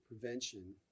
prevention